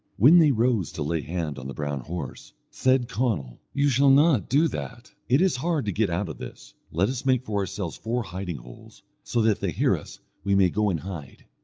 when they rose to lay hand on the brown horse, said conall, you shall not do that. it is hard to get out of this let us make for ourselves four hiding holes, so that if they hear us we may go and hide.